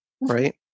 right